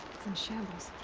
it's in shambles.